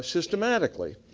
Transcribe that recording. systematically.